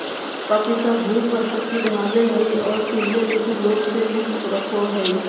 पपीता भूख और शक्ति बढ़ाबो हइ और पीलिया जैसन रोग से मुक्त रखो हइ